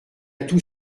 tous